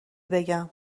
بگم